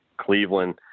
Cleveland